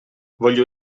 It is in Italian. voglio